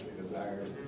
desires